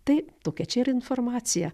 tai tokia čia ir informacija